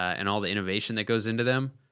and all the innovation that goes into them.